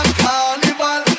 carnival